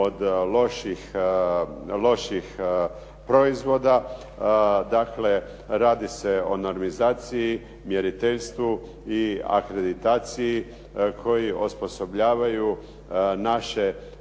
od loših proizvoda, dakle radi se o normizaciji, mjeriteljstvu i akreditaciji koji osposobljavaju naše